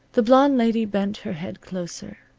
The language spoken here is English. the blonde lady bent her head closer.